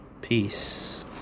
Peace